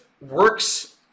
Works